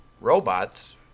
robots